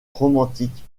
romantique